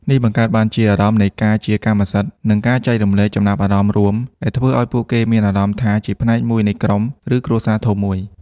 នេះបង្កើតបានជា អារម្មណ៍នៃការជាកម្មសិទ្ធិ និង ការចែករំលែកចំណាប់អារម្មណ៍រួម ដែលធ្វើឲ្យពួកគេមានអារម្មណ៍ថាជាផ្នែកមួយនៃក្រុម ឬគ្រួសារធំមួយ។